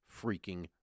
freaking